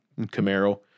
Camaro